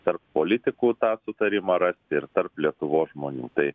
tarp politikų tą sutarimą rasti ir tarp lietuvos žmonių tai